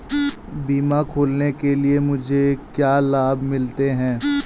बीमा खोलने के लिए मुझे क्या लाभ मिलते हैं?